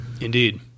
indeed